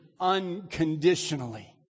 unconditionally